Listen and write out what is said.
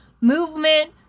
movement